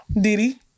diddy